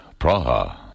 Praha